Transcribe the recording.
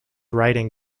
writing